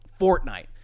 Fortnite